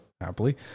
happily